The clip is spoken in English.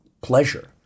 pleasure